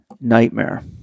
nightmare